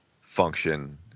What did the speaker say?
function